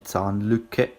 zahnlücke